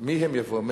מי הם "יבואו"?